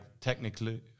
technically